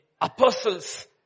apostles